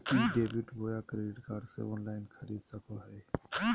ई debit बोया credit card से online खरीद सको हिए?